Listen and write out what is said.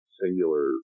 singular